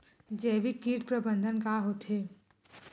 जैविक कीट प्रबंधन का होथे?